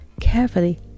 carefully